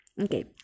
Okay